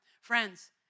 Friends